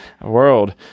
world